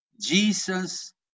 Jesus